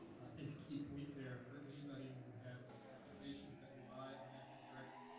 think a key point there for anybody who has applications that rely on active directory